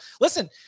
listen